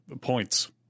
points